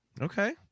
Okay